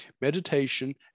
Meditation